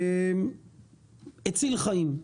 הציל חיים.